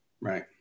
Right